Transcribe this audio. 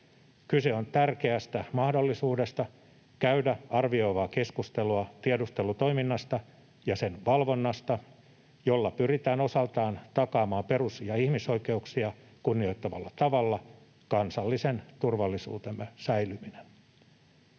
Kyse on tärkeästä mahdollisuudesta käydä arvioivaa keskustelua tiedustelutoiminnasta ja sen valvonnasta, joilla pyritään osaltaan takaamaan perus- ja ihmisoikeuksia kunnioittavalla tavalla kansallisen turvallisuutemme säilyminen.